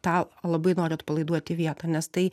tą labai nori atpalaiduoti vietą nes tai